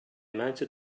mounted